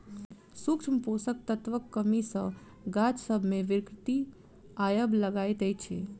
सूक्ष्म पोषक तत्वक कमी सॅ गाछ सभ मे विकृति आबय लागैत छै